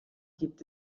gibt